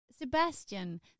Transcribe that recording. Sebastian